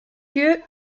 lieu